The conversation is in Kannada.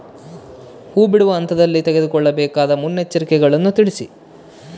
ಹೂ ಬಿಡುವ ಹಂತದಲ್ಲಿ ತೆಗೆದುಕೊಳ್ಳಬೇಕಾದ ಮುನ್ನೆಚ್ಚರಿಕೆಗಳನ್ನು ತಿಳಿಸಿ?